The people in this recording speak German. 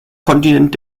kontinent